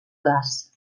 gas